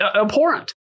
abhorrent